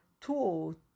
tool